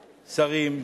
שרים,